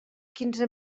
quinze